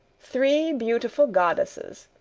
three beautiful goddesses,